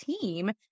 team